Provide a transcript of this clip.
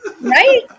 right